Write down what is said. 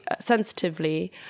sensitively